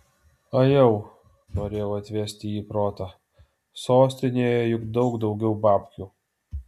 ajau norėjau atvesti jį į protą sostinėje juk daug daugiau babkių